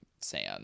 sand